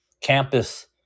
campus